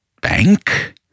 bank